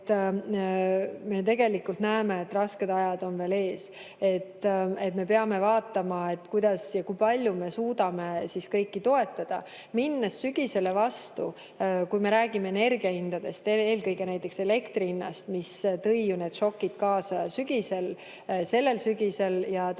me tegelikult näeme, et raskemad ajad on veel ees, siis me peame vaatama, kuidas ja kui palju me suudame kõiki toetada. Minnes sügisele vastu, me räägime energia hindadest, eelkõige elektri hinnast, mis tõi ju need šokid kaasa sügisel ja talvel.